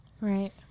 Right